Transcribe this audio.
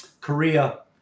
korea